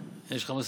יש לך מסכה?